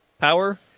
power